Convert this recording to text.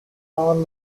all